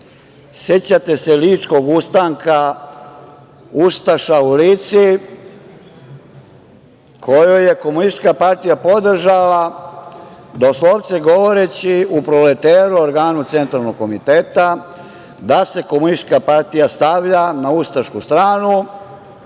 Sećate se Ličkog ustanka, ustaša u Lici kojoj je Komunistička partija podržala, doslovce govoreći u Proleteru, organu Centralnog komiteta, da se Komunistička partija stavlja na ustašku stranu